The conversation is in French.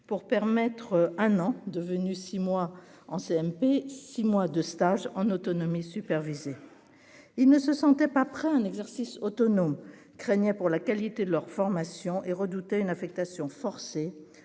pour permettre un an devenu si mois en CMP, 6 mois de stage en autonomie supervisée, il ne se sentait pas prêt à un exercice Othonon craignaient pour la qualité de leur formation et redoutait une affectation forcée